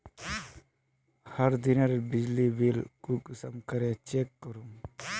हर दिनेर बिजली बिल कुंसम करे चेक करूम?